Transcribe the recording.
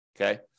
Okay